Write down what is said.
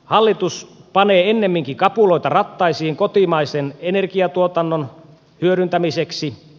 hallitus panee ennemminkin kapuloita rattaisiin kotimaisen energiatuotannon hyödyntämisessä